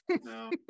no